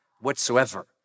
whatsoever